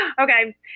Okay